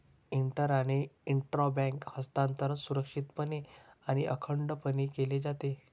inter आणि intra bank हस्तांतरण सुरक्षितपणे आणि अखंडपणे केले जाते